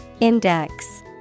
Index